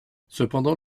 cependant